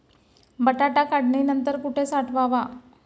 बटाटा काढणी नंतर कुठे साठवावा?